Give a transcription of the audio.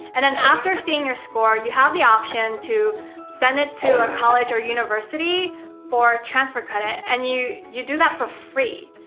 and and after seeing your score, you have the option to send it to a college or university for transfer credit. and you you do that for free,